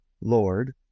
Lord